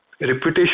reputation